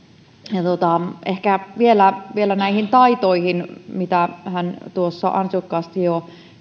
ehkä vielä vielä näihin taitoihin liittyen mitä hän tuossa ansiokkaasti jo